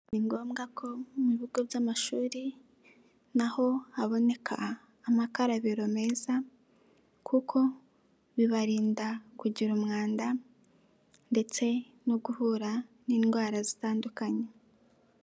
Ni ngombwa ko mu bigo by'amashuri naho haboneka amakarabiro meza kuko bibarinda kugira umwanda ndetse no guhura n'indwara zitandukanye.